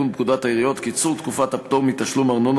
פקודת העיריות (קיצור תקופת הפטור מתשלום ארנונה